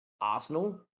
Arsenal